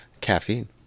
caffeine